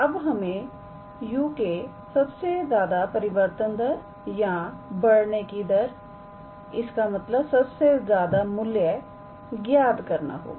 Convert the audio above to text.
अबहमें u के सबसे ज्यादा परिवर्तन दर या बढ़ने की दर इसका मतलब सबसे ज्यादा मूल्य ज्ञात करना होगा